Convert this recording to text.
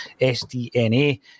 SDNA